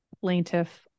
plaintiff